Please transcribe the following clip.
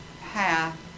path